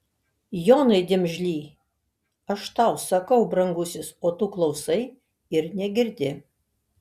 jonai dimžly aš tau sakau brangusis o tu klausai ir negirdi